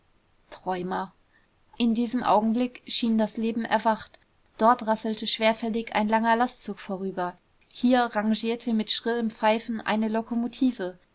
träumer in diesem augenblick schien das leben erwacht dort rasselte schwerfällig ein langer lastzug vorüber hier rangierte mit schrillem pfeifen eine lokomotive